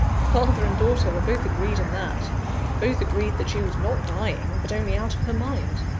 the father and daughter were both agreed in that both agreed that she was not dying, but only out of her mind.